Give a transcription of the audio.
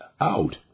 out